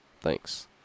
Thanks